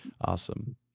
Awesome